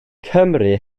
cymru